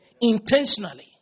Intentionally